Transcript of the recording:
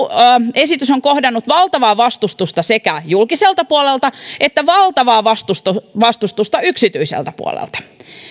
esitys on kohdannut valtavaa vastustusta sekä julkiselta puolelta että valtavaa vastustusta vastustusta yksityiseltä puolelta